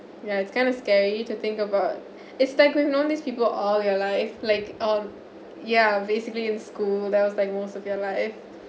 yeah it's kind of scary to think about it's like we known these people all your life like all ya basically in school that was like most of your life